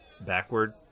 backward